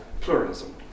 pluralism